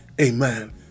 amen